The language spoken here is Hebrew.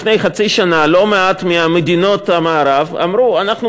לפני חצי שנה לא מעט ממדינות המערב אמרו: אנחנו